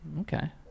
Okay